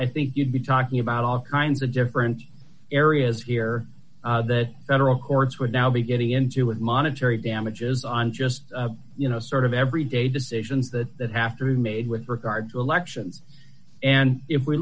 i think you'd be talking about all kinds of different areas here that federal courts would now be getting into with monetary damages on just you know sort of every day decisions that that have to be made with regard to election and if we